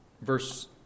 verse